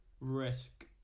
risk